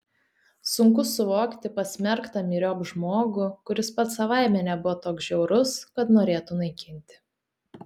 sunku suvokti pasmerktą myriop žmogų kuris pats savaime nebuvo toks žiaurus kad norėtų naikinti